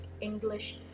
English